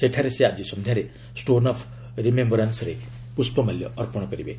ସେଠାରେ ସେ ଆଜି ସନ୍ଧ୍ୟାରେ ଷ୍ଟୋନ୍ ଅଫ୍ ରିମେୟରାନ୍ସ ରେ ପୁଷ୍ଠମାଲ୍ୟ ଅର୍ପଣ କରିବେ